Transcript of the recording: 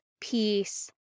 peace